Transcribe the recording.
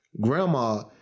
grandma